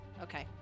Okay